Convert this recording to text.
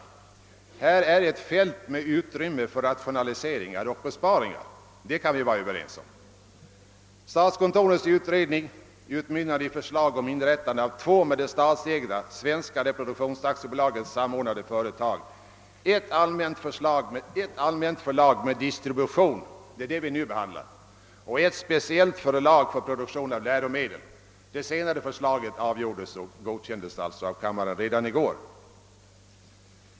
Att det här är ett fält med utrymme för rationaliseringar och besparingar kan vi vara ense om. Statskontorets utredning utmynnade i förslag om inrättande av två med det statsägda Svenska Reproduktionsaktiebolaget samordnade företag, ett allmänt förlag med distribution — det är det vi nu behandlar — och ett speciellt förlag för produktion av läromedel. Det senare förslaget godkändes av kammaren redan i går.